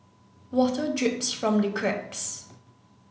water drips from the cracks